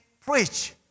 preach